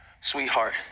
sweetheart